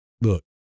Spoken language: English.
look